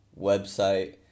website